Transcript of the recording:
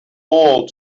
all